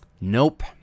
Nope